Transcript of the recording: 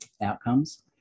outcomes